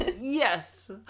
Yes